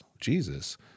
Jesus